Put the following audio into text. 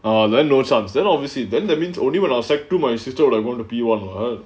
a then obviously then that means only when I was sec two months you thought I wanna be one ah